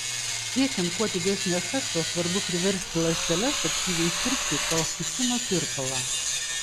siekiant kuo didesnio efekto svarbu priversti ląsteles aktyviai siurbti kolchicino tirpalą